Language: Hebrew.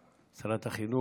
שרת החינוך,